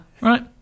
Right